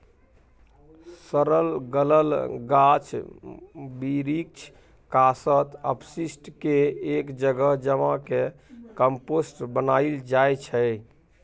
सरल गलल गाछ बिरीछ, कासत, अपशिष्ट केँ एक जगह जमा कए कंपोस्ट बनाएल जाइ छै